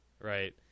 right